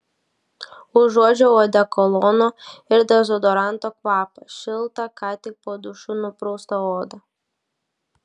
užuodžiau odekolono ir dezodoranto kvapą šiltą ką tik po dušu nupraustą odą